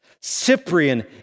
Cyprian